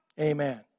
Amen